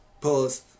Pause